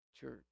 church